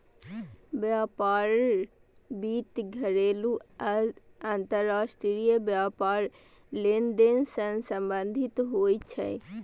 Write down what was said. व्यापार वित्त घरेलू आ अंतरराष्ट्रीय व्यापार लेनदेन सं संबंधित होइ छै